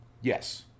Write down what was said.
Yes